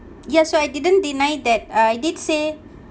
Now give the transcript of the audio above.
yes so I didn't deny that uh I did say